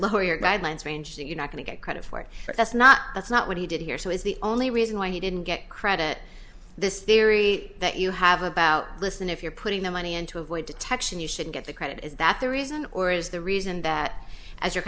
lawyer guidelines range you're not going to get credit for it but that's not that's not what he did here so is the only reason why he didn't get credit this theory that you have about listen if you're putting the money in to avoid detection you should get the credit is that the reason or is the reason that as you're